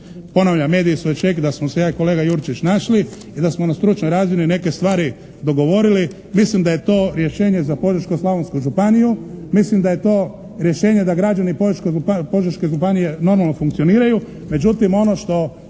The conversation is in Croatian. ponavljam mediji su već rekli da smo se ja i kolega Jurčić našli i da smo na stručnoj razini neke stvari dogovorili. Mislim da je to rješenje za Požeško-slavonsku županiju, mislim da je to rješenje da građani Požeško-slavonske županije normalno funkcioniraju, međutim ono što